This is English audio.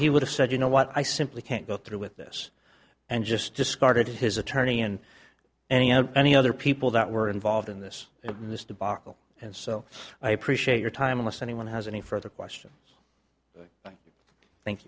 he would have said you know what i simply can't go through with this and just discarded his attorney and any out any other people that were involved in this at this debacle and so i appreciate your time unless anyone has any further questions thank